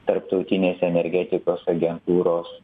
tarptautinės energetikos agentūros